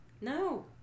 No